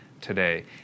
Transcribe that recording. today